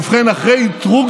ובכן, אחרי אתרוג